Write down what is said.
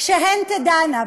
כשהן תדענה,